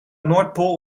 noordpool